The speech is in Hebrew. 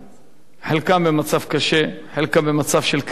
חלקם במצב קשה, חלקם במצב של קריסה מוחלטת,